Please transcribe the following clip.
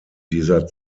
dieser